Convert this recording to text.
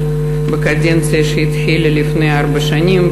בקדנציה שהתחילה לפני ארבע שנים,